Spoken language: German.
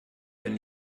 wenn